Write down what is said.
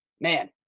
man